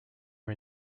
are